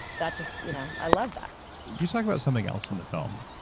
that just. you know i love that you talk about something else in the film.